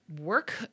work